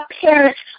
parent's